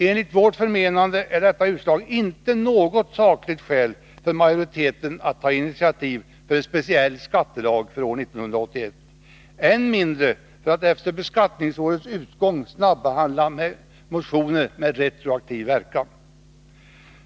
Enligt vårt förmenande är detta utslag inte något sakligt skäl för majoriteten att ta initiativ till speciell skattelag för år 1981, än mindre för att efter beskattningsårets utgång snabbehandla motioner med retroaktiv verkan.